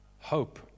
hope